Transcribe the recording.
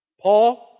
Paul